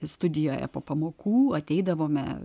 studijoje po pamokų ateidavome